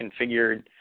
configured